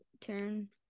turn